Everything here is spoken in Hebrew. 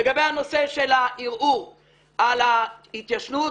לגבי הנושא של הערעור על ההתיישנות,